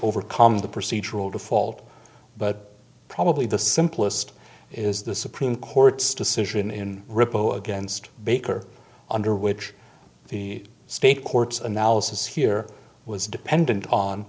overcome the procedural default but probably the simplest is the supreme court's decision in report against baker under which the state courts analysis here was dependent on